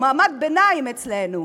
הוא מעמד ביניים אצלנו.